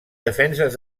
defenses